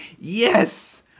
yes